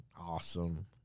awesome